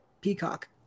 Peacock